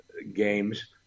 games